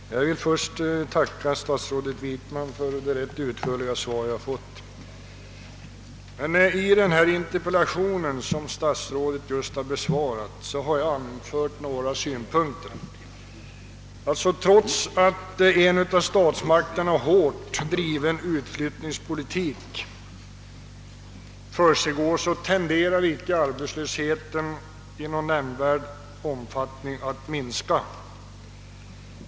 Herr talman! Jag vill först tacka statsrådet Wickman för det rätt utförliga svar jag fått. I den interpellation som statsrådet just har besvarat har jag anfört några synpunkter på sysselsättningsproblemen i Norrbotten. Trots en av statsmakterna hårt driven utflyttningspolitik tenderar arbetslösheten icke att minska i någon nämnvärd omfattning.